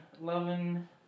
loving